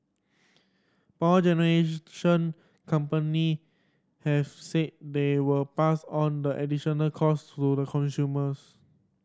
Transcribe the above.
power generation company have said they will pass on the additional costs to the consumers